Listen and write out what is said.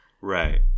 right